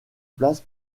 place